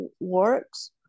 works